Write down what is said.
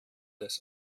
des